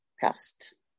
past